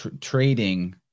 trading